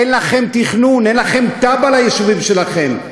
אין לכם תכנון, אין לכם תב"ע ליישובים שלכם.